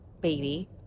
baby